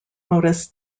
modus